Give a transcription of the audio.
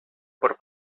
por